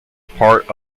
part